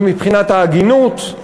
ומבחינת ההגינות?